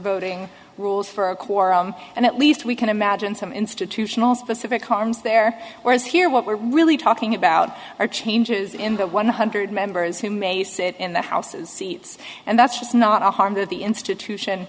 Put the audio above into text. voting rules for a quorum and at least we can imagine some institutional specific harms there whereas here what we're really talking about are changes in the one hundred members who may sit in the houses seats and that's just not a harm that the institution